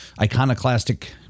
iconoclastic